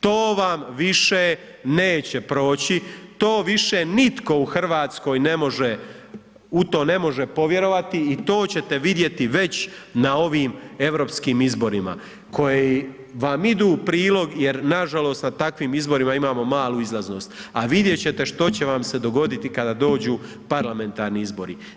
To vam više neće proći, to više nitko u Hrvatskoj ne može, u to ne može povjerovati i to ćete vidjeti već na ovim europskim izborima koji vam idu u prilog jer nažalost na takvim izborima imamo malu izlaznost, a vidjet ćete što će vam se dogoditi kada dođu parlamentarni izbori.